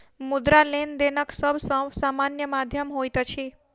मुद्रा, लेनदेनक सब सॅ सामान्य माध्यम होइत अछि